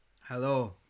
Hello